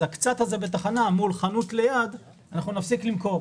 את הקצת הזה מול חנות ליד נפסיק למכור.